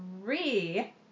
three